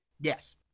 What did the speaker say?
Yes